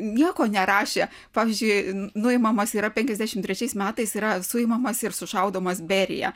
nieko nerašė pavyzdžiui nuimamas yra penkiasdešimt trečiais metais yra suimamas ir sušaudomas berija